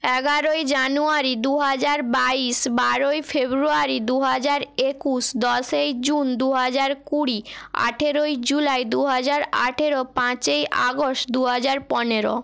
এগারোই জানুয়ারি দুহাজার বাইশ বারোই ফেব্রুয়ারি দুহাজার একুশ দশই জুন দুহাজার কুড়ি আঠেরোই জুলাই দুহাজার আঠেরো পাঁচই আগস্ট দুহাজার পনেরো